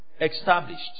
established